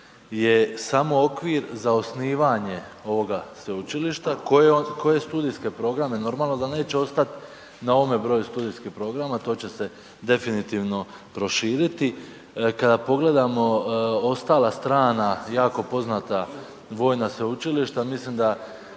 je samo okvir za osnivanje ovoga sveučilišta. Koje studijske programe, normalno da neće ostat na ovome broju studijskih programa, to će se definitivno proširiti. Kada pogledamo ostala strana jako poznata vojna sveučilišta, mislim da